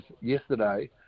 yesterday